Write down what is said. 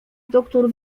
doktór